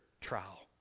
trial